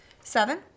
seven